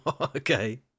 okay